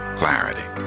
clarity